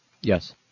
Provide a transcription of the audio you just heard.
Yes